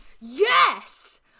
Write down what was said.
Yes